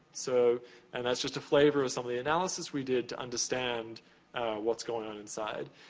so and that's just a flavor of some of the analysis we did to understand what's going on inside.